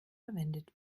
verwendet